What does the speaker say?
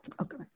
okay